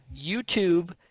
YouTube